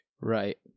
Right